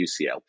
ucl